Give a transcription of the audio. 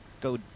go